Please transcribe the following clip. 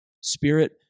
Spirit